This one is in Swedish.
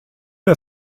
dig